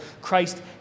Christ